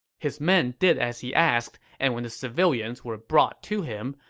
his men did as he asked, and when the civilians were brought to him,